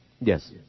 Yes